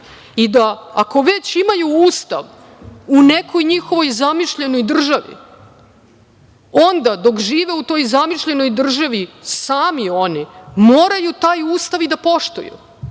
i da ako već imaju ustav u nekoj njihovoj zamišljenoj državi, onda dok žive u toj zamišljenoj državi, sami oni moraju taj ustav i da poštuju.